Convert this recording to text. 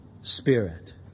Spirit